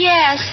Yes